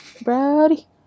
Brody